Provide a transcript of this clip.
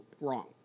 wrong